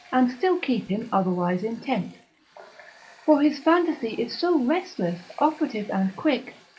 and still keep him otherwise intent for his fantasy is so restless, operative and quick,